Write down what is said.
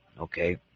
okay